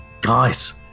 guys